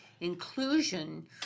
Inclusion